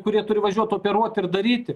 kurie turi važiuot operuot ir daryti